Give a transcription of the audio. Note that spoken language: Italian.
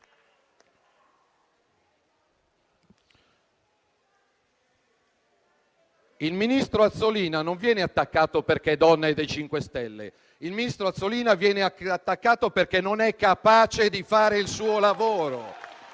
Il ministro Azzolina non viene attaccato perché è donna e dei 5 Stelle. Il ministro Azzolina viene attaccato perché non è capace di fare il suo lavoro